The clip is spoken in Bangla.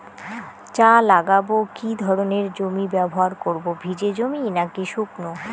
চা লাগাবো কি ধরনের জমি ব্যবহার করব ভিজে জমি নাকি শুকনো?